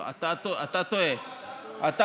"לא נתנו לכם להעביר חוקים" זה התפקיד שלנו.